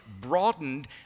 broadened